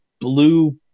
blue